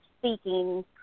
speaking